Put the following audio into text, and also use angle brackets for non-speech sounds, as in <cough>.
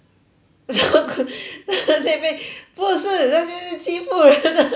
受困 <noise> 不是 <noise> 那些欺负的人 <noise>